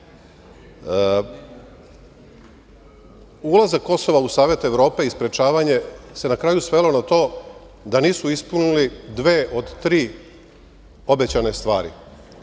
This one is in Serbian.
to. Ulazak Kosova u Savet Evrope i sprečavanje se na kraju svelo na to da nisu ispunili dve od tri obećane stvari.